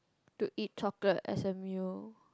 to eat chocolate as a meal